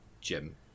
Jim